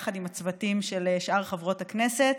יחד עם הצוותים של שאר חברות הכנסת,